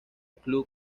club